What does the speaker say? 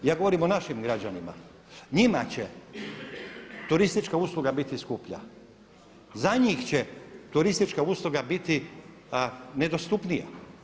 Ja govorim o našim građanima, njima će turistička usluga biti skuplja, za njih će turistička usluga biti nedostupnija.